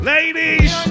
Ladies